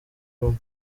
rumwe